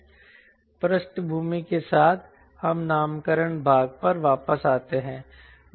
इस पृष्ठभूमि के साथ हम नामकरण भाग पर वापस आते हैं